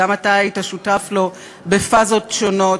גם אתה היית שותף לו בפאזות שונות,